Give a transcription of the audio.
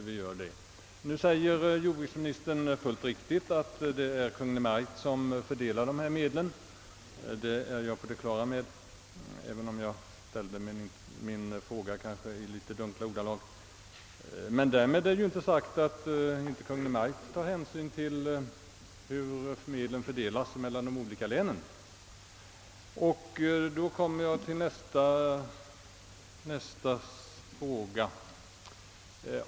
Jordbruksministern framhåller — fullt riktigt — att det är Kungl. Maj:t som fördelar dessa medel. Det är jag på det klara med, även om jag kanske formulerade min fråga något dunkelt. Men därmed är ju inte sagt att inte Kungl. Maj:t tar hänsyn till hur medlen fördelas mellan de olika länen. Och då kommer jag till nästa fråga.